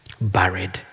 buried